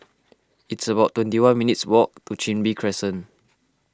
it's about twenty one minutes' walk to Chin Bee Crescent